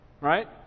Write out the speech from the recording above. Right